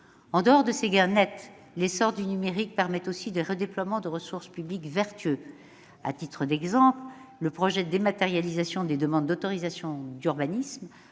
En dehors de ces gains nets, l'essor du numérique permet aussi des redéploiements de ressources publiques vertueux. À titre d'exemple, le projet de dématérialisation des demandes d'autorisation d'urbanisme